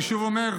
אני שוב אומר,